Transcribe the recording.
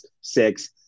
six